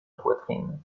poitrine